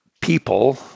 people